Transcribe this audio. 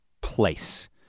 place